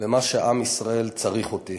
במה שעם ישראל צריך אותי.